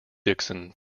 dixon